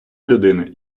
людини